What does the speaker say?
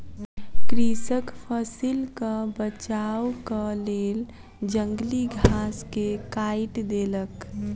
कृषक फसिलक बचावक लेल जंगली घास के काइट देलक